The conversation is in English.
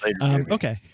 Okay